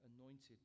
anointed